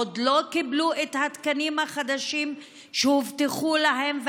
עוד לא קיבלו את התקנים החדשים שהובטחו להם,